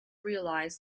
realise